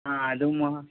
ಹಾಂ ಅದು ಮ